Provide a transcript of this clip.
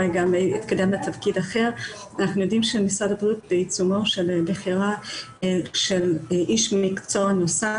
אנחנו יודעים שמשרד הבריאות בעיצומו של בחירת איש מקצוע נוסף